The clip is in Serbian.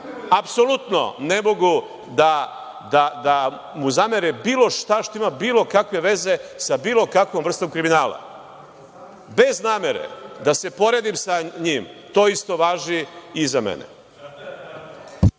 apsolutno ne mogu da mu zamere bilo šta što ima bilo kakve veze sa bilo kakvom vrstom kriminala. Bez namere da se poredim sa njim, to isto važi i za mene.